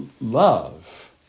love